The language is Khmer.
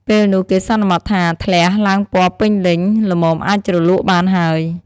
ពេលនោះ គេសន្មតថា ធ្លះឡើងពណ៌ពេញលេញ ល្មមអាចជ្រលក់បានហើយ។